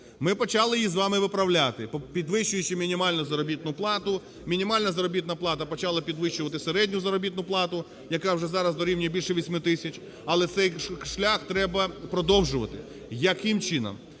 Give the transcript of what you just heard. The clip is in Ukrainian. Ми почали її з вами виправляти, підвищуючи мінімальну заробітну плату. Мінімальна заробітна плата почала підвищувати середню заробітну плату, яка вже зараз дорівнює більше 8 тисяч. Але цей шлях треба продовжувати. Яким чином?